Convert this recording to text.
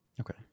Okay